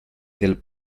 del